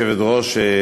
גברתי היושבת-ראש,